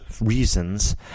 reasons